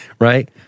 right